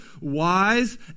wise